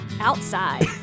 Outside